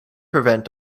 prevent